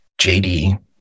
JD